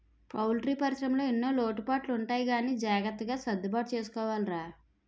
poultry పరిశ్రమలో ఎన్నో లోటుపాట్లు ఉంటాయి గానీ జాగ్రత్తగా సర్దుబాటు చేసుకోవాలిరా